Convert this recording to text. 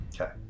Okay